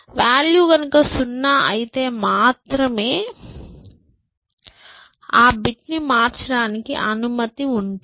value గనక 0 అయితే మాత్రమే ఆ బిట్ ని మార్చడానికి అనుమతి ఉంటుంది